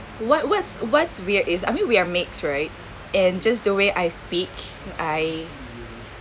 what what's what's weird is I mean we are mixed right and just the way I speak I